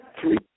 three